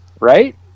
Right